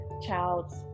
child's